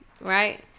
right